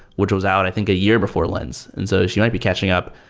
which was out i think a year before lynne's. and so she might be catching up.